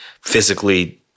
physically